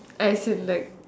as in like